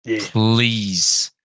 Please